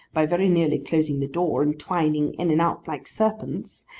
by very nearly closing the door, and twining in and out like serpents,